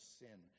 sin